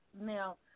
Now